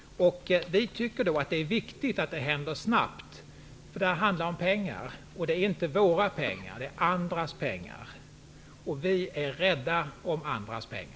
Vi tycker att det är viktigt att det händer snabbt. Det handlar om pengar, och det är inte våra pengar. Det är andras pengar. Vi är rädda om andras pengar.